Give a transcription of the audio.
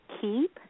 Keep